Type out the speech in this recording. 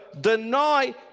deny